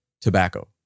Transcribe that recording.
tobacco